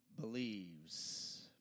believes